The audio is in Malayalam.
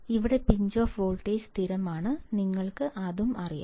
ഇവിടെ പിഞ്ച് ഓഫ് വോൾട്ടേജ് സ്ഥിരമാണ് നിങ്ങൾക്ക് അതും അറിയാം